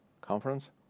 Conference